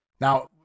Now